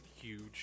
huge